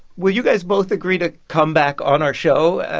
will you guys both agree to come back on our show,